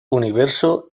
universo